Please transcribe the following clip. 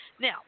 Now